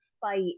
fight